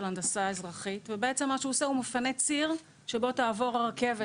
הנדסה אזרחית ובעצם הוא מפנה ציר שבו תעבור הרכבת.